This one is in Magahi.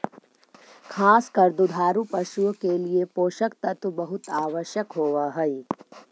खास कर दुधारू पशुओं के लिए पोषक तत्व बहुत आवश्यक होवअ हई